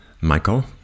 Michael